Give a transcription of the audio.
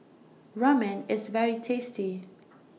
Ramen IS very tasty